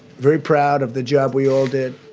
very proud of the job we all did